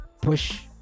push